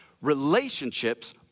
relationships